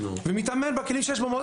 ומתאמן בכלים שיש במועדון.